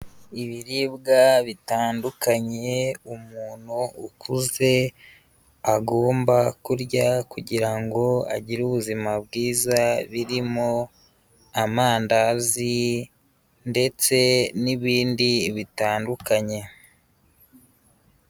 Ibiribwa bitandukanye umuntu ukuze agomba kurya kugira ngo agire ubuzima bwiza birimo amandazi ndetse n'ibindi bitandukanye.